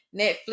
Netflix